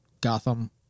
Gotham